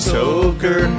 toker